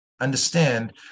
understand